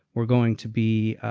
we're going to be